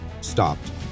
stopped